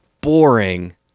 boring